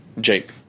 Jake